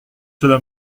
cela